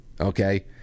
Okay